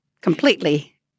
completely